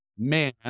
man